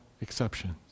exceptions